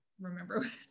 remember